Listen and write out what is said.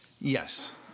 Yes